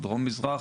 לוולאג'ה,